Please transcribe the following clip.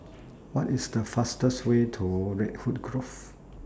What IS The fastest Way to Redwood Grove